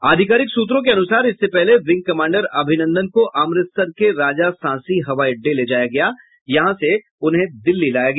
आधिकारिक सूत्रों के अनुसार इससे पहले विंग कमांडर अभिनंदन को अमृतसर के राजा सांसी हवाई अड्डे ले जाया गया यहां से उन्हें दिल्ली लाया गया